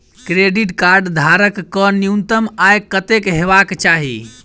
Credit card धारक कऽ न्यूनतम आय कत्तेक हेबाक चाहि?